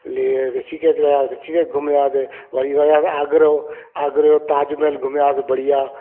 ले ऋषिकेश वियासीं सिए घुमियासीं वरी वियासीं आगरा आगरा ताज़महल घुमियासीं बढ़िया